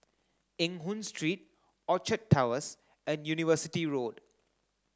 Eng Hoon Street Orchard Towers and University Road